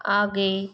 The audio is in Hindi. आगे